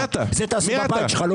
זה תעשה בבית שלך, לא פה.